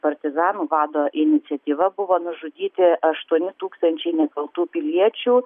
partizanų vado iniciatyva buvo nužudyti aštuoni tūkstančiai nekaltų piliečių